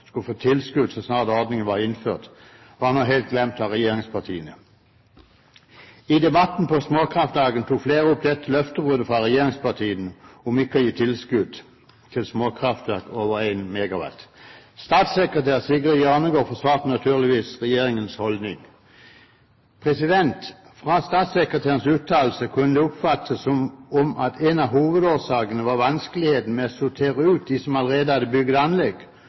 skulle få tilskudd så snart ordningen var innført, var nå helt glemt av regjeringspartiene. I debatten på Småkraftdagene tok flere opp dette løftebruddet fra regjeringspartiene om ikke å gi tilskudd til småkraftverk over 1 MW. Statssekretær Sigrid Hjørnegård forsvarte naturligvis regjeringens holdning. Statssekretærens uttalelse kunne oppfattes slik at en av hovedårsakene var vanskeligheten med å sortere ut dem som allerede hadde bygget anlegg,